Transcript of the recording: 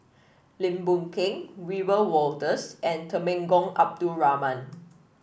Lim Boon Keng Wiebe Wolters and Temenggong Abdul Rahman